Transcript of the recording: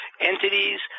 entities